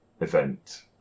event